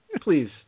please